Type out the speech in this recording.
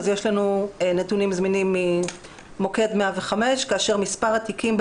יש לנו נתונים זמינים ממוקד 105 כאשר מספר הפניות,